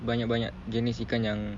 banyak-banyak jenis ikan yang